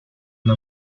una